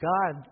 God